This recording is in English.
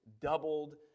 doubled